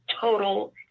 total